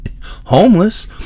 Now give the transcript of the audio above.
homeless